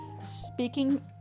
Speaking